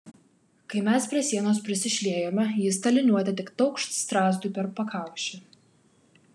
kai mes prie sienos prisišliejome jis ta liniuote tik taukšt strazdui per pakaušį